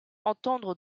entendre